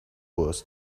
was